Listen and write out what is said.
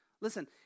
listen